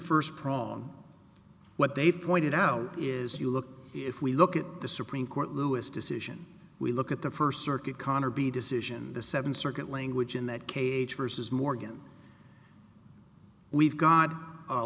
first prong what they pointed out is you look if we look at the supreme court lewis decision we look at the first circuit connor b decision the seventh circuit language in that cage versus morgan we've got a